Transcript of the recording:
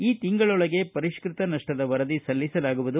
ಈ ತಿಂಗಳೊಳಗೆ ಪರಿಷ್ಣತ ನಷ್ಟದ ವರದಿ ಸಲ್ಲಿಸಲಾಗುವುದು